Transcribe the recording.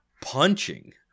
punching